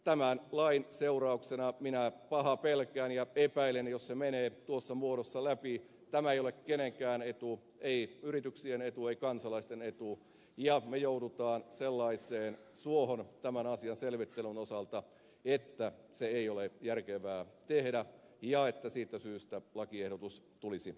tämän lain seurauksena on minä pahaa pelkään ja epäilen jos se menee tuossa muodossa läpi että tämä ei ole kenenkään etu ei yrityksien etu ei kansalaisten etu ja me joudumme sellaiseen suohon tämän asian selvittelyn osalta että se ei ole järkevää tehdä ja siitä syystä lakiehdotus tulisi